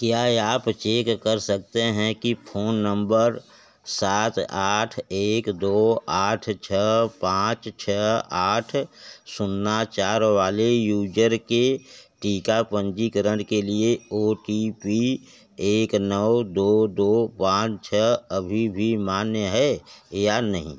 क्या आप चेक कर सकते हैं कि फ़ोन नंबर सात आठ एक दो आठ छः पाँच छः आठ शून्य चार वाले यूजर के टीका पंजीकरण के लिए ओ टी पी एक नौ दो दो पान छः अभी भी मान्य है या नहीं